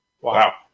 Wow